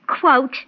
quote